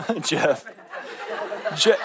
Jeff